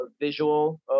visual